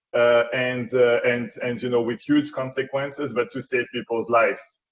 and and and you know with huge consequences, but to save people's lives.